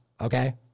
okay